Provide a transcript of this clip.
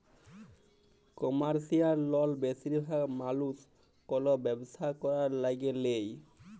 commercial লল বেশিরভাগ মালুস কল ব্যবসা ক্যরার ল্যাগে লেই